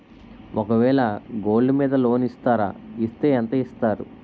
ఒక వేల గోల్డ్ మీద లోన్ ఇస్తారా? ఇస్తే ఎంత ఇస్తారు?